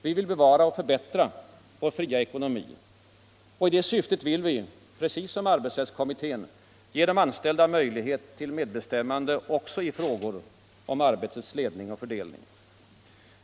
Vi vill bevara och förbättra vår fria ekonomi, och i det syftet vill vi — precis som arbetsrättskommittén — ge de anställda möjlighet till medbestämmande också i frågor om arbetets ledning och fördelning.